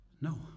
No